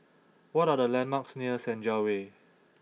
what are the landmarks near Senja Way